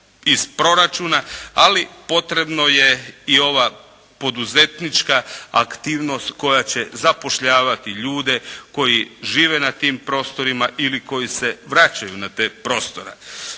iz proračuna, ali potrebna je i ova poduzetnička aktivnost koja će zapošljavati ljudi koji žive na tim prostorima ili koji se vraćaju na te prostore.